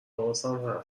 حواسم